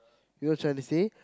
you're trying to say